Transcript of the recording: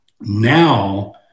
now